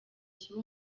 kibe